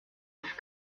auf